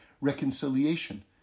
reconciliation